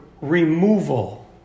removal